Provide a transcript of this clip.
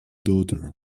daughter